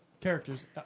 characters